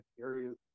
areas